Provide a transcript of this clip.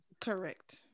correct